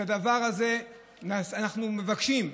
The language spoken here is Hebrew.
את הדבר הזה אנחנו מבקשים,